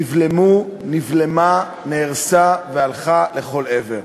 נבלמו, נהרסו והלכו לכל עבר.